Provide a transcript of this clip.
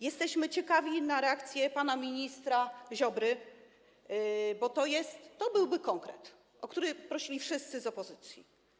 Jesteśmy ciekawi reakcji pana ministra Ziobry, bo to byłby konkret, o który prosili wszyscy z opozycji.